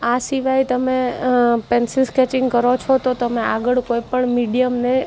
આ સિવાય તમે પેન્સિલ સ્કેચિંગ કરો છો તો તમે આગળ કોઈપણ મીડિયમને